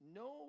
no